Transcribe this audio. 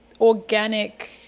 organic